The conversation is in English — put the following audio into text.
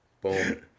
boom